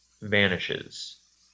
vanishes